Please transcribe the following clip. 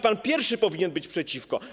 Pan pierwszy powinien być przeciwko.